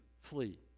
flee